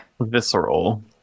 Visceral